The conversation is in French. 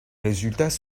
résultats